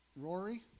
Rory